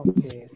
Okay